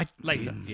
Later